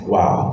Wow